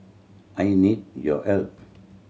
I need your help